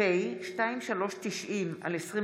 פ/2390/23